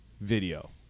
video